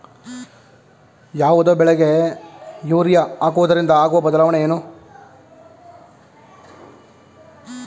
ಯಾವುದೇ ಬೆಳೆಗೆ ಯೂರಿಯಾ ಹಾಕುವುದರಿಂದ ಆಗುವ ಬದಲಾವಣೆ ಏನು?